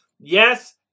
Yes